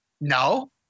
No